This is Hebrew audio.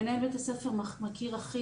מנהל בית הספר מכיר הכי